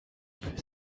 für